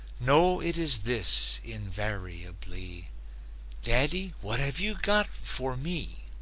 no, it is this, invariably daddy, what have you got for me?